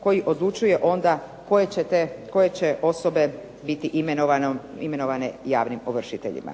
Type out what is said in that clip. koji odlučuje onda koje će osobe biti imenovane javnim ovršiteljima.